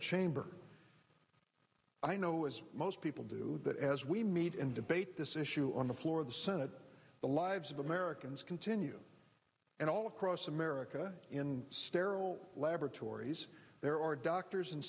chamber i know as most people do that as we meet and debate this issue on the floor of the senate the lives of americans continue and all across america in sterile lab tori's there are doctors